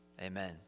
amen